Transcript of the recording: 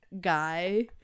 guy